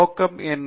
நோக்கம் என்ன